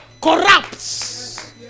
Corrupts